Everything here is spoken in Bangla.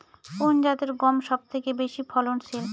কোন জাতের গম সবথেকে বেশি ফলনশীল?